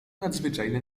nadzwyczajne